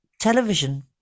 television